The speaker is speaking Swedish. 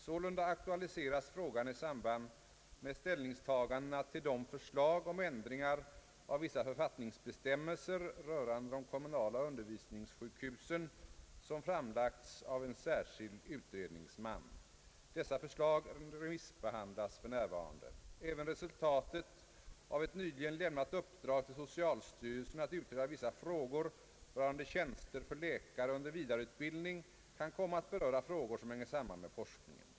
Sålunda aktualiseras frågan i samband med ställningstagandena till de förslag om ändringar av vissa författningsbestämmelser rörande de kommunala undervisningssjukhusen, som framlagts av en särskild utredningsman. Dessa förslag remissbehandlas för närvarande. Även resultatet av ett nyligen lämnat uppdrag till socialstyrelsen att utreda vissa frågor Ang. tid för läkare att bedriva forskning rörande tjänster för läkare under vidareutbildning kan komma att beröra frågor som hänger samman med forskningen.